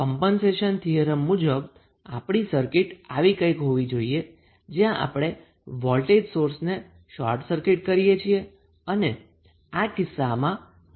તો હવે compensation theorem મુજબ આપણી સર્કિટ આવી કંઈક હોવી જોઈએ જ્યાં આપણે વોલ્ટેજ સોર્સને શોર્ટ સર્કિટ કરીએ છીએ અને આ કિસ્સામાં નેટવર્કમાં તે 𝑉𝑇ℎ છે